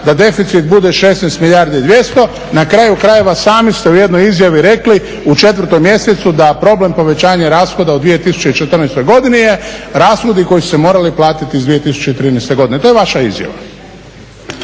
da deficit bude 16 milijardi i 200, na kraju krajeva sami ste u jednoj izjavi rekli u 4. mjesecu da problem povećanja rashoda u 2014. je rashodi koji su se morali platiti iz 2013. godine, to je vaša izjava.